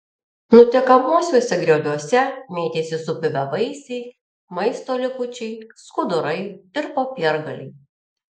nutekamuosiuose grioviuose mėtėsi supuvę vaisiai maisto likučiai skudurai ir popiergaliai